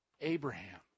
Abraham